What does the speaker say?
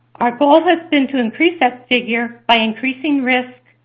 our goals have been to increase that figure by increasing risk,